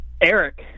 Eric